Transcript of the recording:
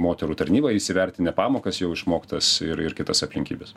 moterų tarnybą įsivertinę pamokas jau išmoktas ir ir kitas aplinkybes